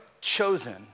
chosen